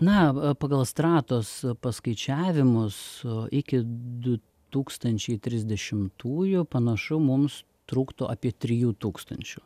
na pagal stratos paskaičiavimus iki du tūkstančiai trisdešimtųjų panašu mums trūktų apie trijų tūkstančių